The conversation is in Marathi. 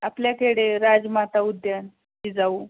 आपल्याकडे राजमाता उद्यान जिजाऊ